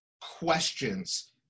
questions